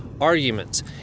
arguments